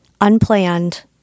Unplanned